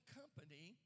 company